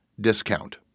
discount